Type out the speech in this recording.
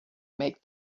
make